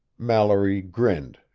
mallory grinned,